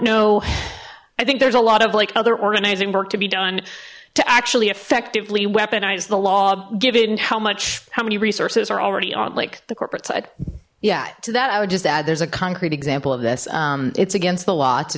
know i think there's a lot of like other organizing work to be done to actually affect the li weaponized the law given how much how many resources are already on like the corporate side yeah to that i would just add there's a concrete example of this it's against the law to